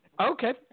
Okay